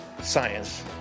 science